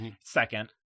Second